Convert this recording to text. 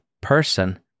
person